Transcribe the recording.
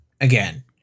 Again